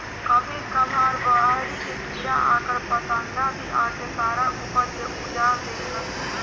कभी कभार बहरी के कीड़ा आ पतंगा भी आके सारा ऊपज उजार देवे लान सन